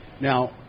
now